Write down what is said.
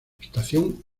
estación